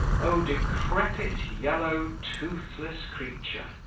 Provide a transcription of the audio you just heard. oh, decrepit, yellow, toothless creature!